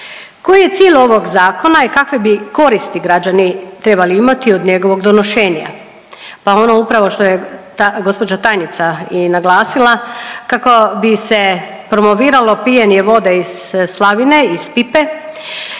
Koji je cilj ovog zakona i kakve bi koristi građani trebali imati od njegovog donošenja? Pa ono upravo što je gospođa tajnica i naglasila kako bi se promoviralo pijenje vode iz slavine, iz pipe